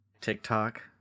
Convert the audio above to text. tiktok